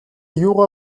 юугаа